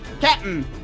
Captain